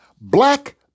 Black